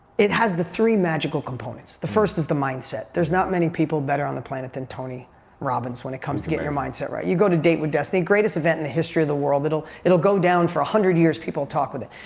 it has the three magical components. the first is the mindset. there's not many people better on the planet than tony robbins when it comes to getting your mindset right. you go to date with destiny. greatest event in the history of the world. it will go down for one hundred years, people talking with it.